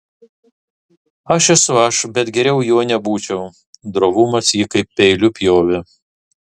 aš esu aš bet geriau juo nebūčiau drovumas jį kaip peiliu pjovė